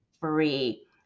free